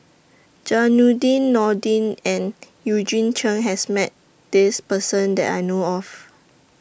Zainudin Nordin and Eugene Chen has Met This Person that I know of